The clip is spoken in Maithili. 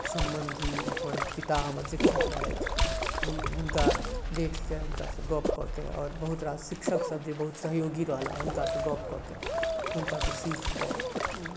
सम्बन्धी अपन पिता हमर शिक्षक रहथि हुन हुनका देखके हुनकासँ गप कऽके आओर बहुत रास शिक्षक सभ जे बहुत सहयोगी रहला हुनकासँ गपकऽ के हुनकासँ सीखके